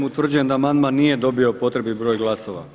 Utvrđujem da amandman nije dobio potrebit broj glasova.